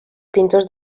pintors